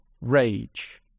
rage